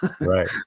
Right